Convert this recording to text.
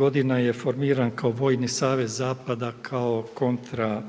godina je formiran kao vojni savez zapada kao kontra